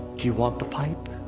do you want the pipe?